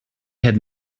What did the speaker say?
had